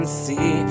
see